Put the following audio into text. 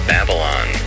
Babylon